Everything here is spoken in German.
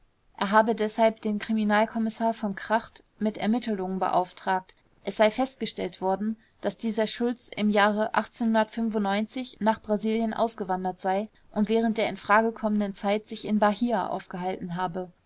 er habe deshalb den kriminal kommissar v kracht mit ermittelungen beauftragt es sei festgestellt worden daß dieser schulz im jahre nach brasilien ausgewandert sei und während der in frage kommenden zeit sich in bahia aufgehalten habe